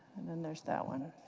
and then there's that one.